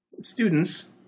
Students